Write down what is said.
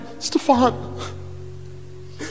Stefan